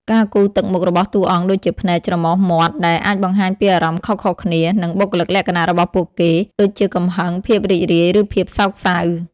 ការគូរទឹកមុខរបស់តួអង្គដូចជាភ្នែក ច្រមុះ មាត់ ដែលអាចបង្ហាញពីអារម្មណ៍ខុសៗគ្នា និងបុគ្គលិកលក្ខណៈរបស់ពួកគេ ដូចជាកំហឹង ភាពរីករាយ ឬភាពសោកសៅ។